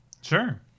Sure